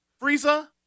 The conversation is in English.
frieza